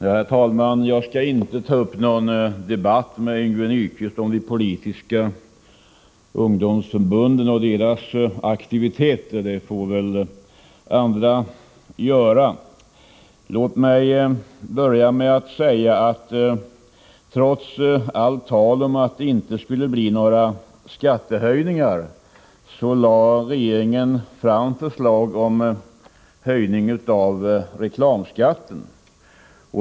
Herr talman! Jag skall inte ta upp någon debatt med Yngve Nyquist om de politiska ungdomsförbunden och deras aktiviteter. Det får andra göra. Låt mig börja med att säga att trots allt tal om att det inte skulle bli några skattehöjningar lade regeringen fram förslag om höjning av reklamskatten.